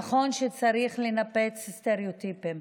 נכון שצריך לנפץ סטריאוטיפים,